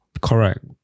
Correct